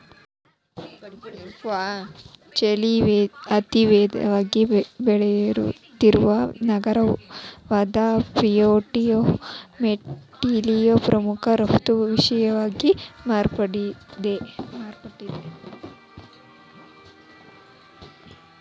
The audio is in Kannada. ಚಿಲಿಯ ಅತಿವೇಗವಾಗಿ ಬೆಳೆಯುತ್ತಿರುವ ನಗರವಾದಪುಯೆರ್ಟೊ ಮಾಂಟ್ನಲ್ಲಿ ಪ್ರಮುಖ ರಫ್ತು ವಿಷಯವಾಗಿ ಮಾರ್ಪಟ್ಟಿದೆ